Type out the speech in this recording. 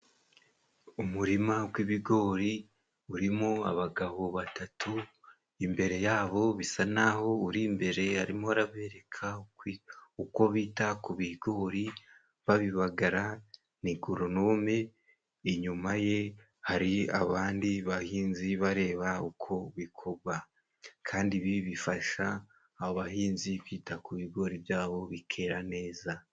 Umurima gw'ibigori urimo abagabo batatu imbere yabo bisa n'aho uri imbere arimo arabereka uko bita ku bigori babibagara , ni goronome inyuma ye hari abandi bahinzi bareba uko bikorwa, kandi ibi bifasha abahinzi kwita ku bigori byabo bikera neza.